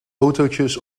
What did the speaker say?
autootjes